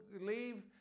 leave